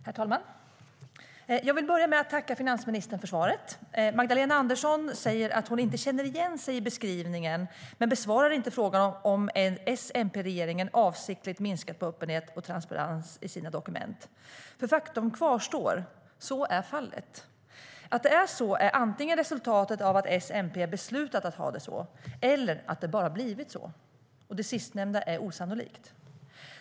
Herr talman! Jag vill börja med att tacka finansministern för svaret. Magdalena Andersson säger att hon inte känner igen sig i beskrivningen men besvarar inte frågan om S-MP-regeringen avsiktligt minskat på öppenhet och transparens i sina dokument. Faktum kvarstår: Så är fallet. Att det är så beror antingen på att S och MP beslutat att ha det så eller på att det bara blivit så. Det sistnämnda är osannolikt.